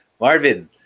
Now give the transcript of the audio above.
Marvin